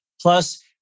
Plus